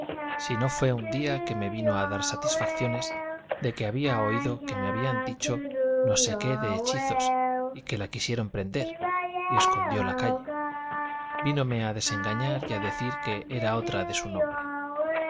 si no fue un día que me vino a dar satisfacciones de que había oído que me habían dicho no sé qué de hechizos y que la quisieron prender y escondió la calle vínome a desengañar y a decir que era otra de su nombre